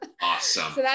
Awesome